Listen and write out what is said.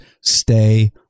Stay